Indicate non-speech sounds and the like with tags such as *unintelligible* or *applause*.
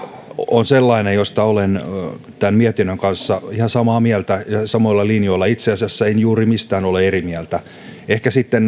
on sellainen josta olen tämän mietinnön kanssa ihan samaa mieltä ja samoilla linjoilla itse asiassa en juuri mistään ole eri mieltä sitten *unintelligible*